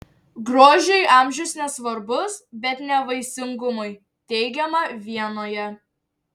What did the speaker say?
grožiui amžius nesvarbus bet ne vaisingumui teigiama vienoje